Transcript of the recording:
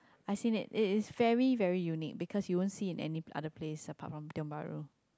I seen it it is very very unique because you won't see in any other place apart from Tiong-Bahru